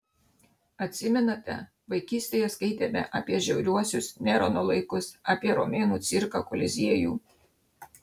atsimenate vaikystėje skaitėme apie žiauriuosius nerono laikus apie romėnų cirką koliziejų